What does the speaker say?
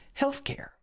healthcare